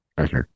Okay